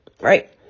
Right